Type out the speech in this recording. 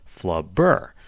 flubber